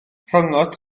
rhyngot